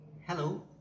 Hello